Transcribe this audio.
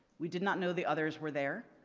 we did not know the others were there.